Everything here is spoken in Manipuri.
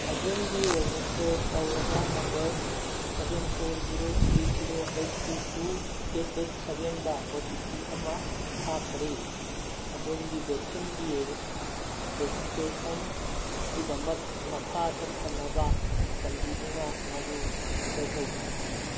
ꯑꯗꯣꯝꯒꯤ ꯔꯦꯖꯤꯁꯇꯔ ꯇꯧꯔꯕ number seven four zero three zero eight two two eight eight ꯁꯕꯦꯟꯗ ꯑꯣ ꯇꯤ ꯄꯤ ꯑꯃ ꯊꯥꯈ꯭ꯔꯦ ꯑꯗꯣꯝꯒꯤ ꯕꯦꯛꯁꯤꯟꯒꯤ ꯔꯦꯖꯤꯁꯇ꯭ꯔꯦꯁꯟꯒꯤꯗꯃꯛ ꯃꯈꯥ ꯆꯠꯊꯅꯕ ꯆꯥꯟꯕꯤꯗꯨꯅ ꯃꯗꯨ ꯑꯦꯟꯇꯔ ꯇꯧꯕꯤꯌꯨ